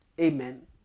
Amen